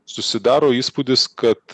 susidaro įspūdis kad